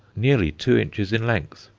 nearly two inches in length.